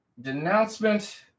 denouncement